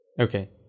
Okay